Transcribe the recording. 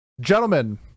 Gentlemen